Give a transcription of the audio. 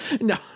no